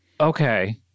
Okay